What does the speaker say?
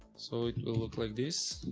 so it will look like this.